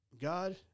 God